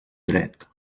dret